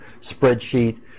spreadsheet